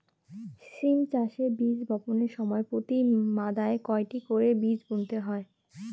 সিম চাষে বীজ বপনের সময় প্রতি মাদায় কয়টি করে বীজ বুনতে হয়?